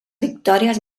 victòries